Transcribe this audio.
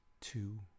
two